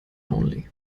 only